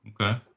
Okay